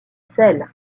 sel